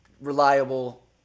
reliable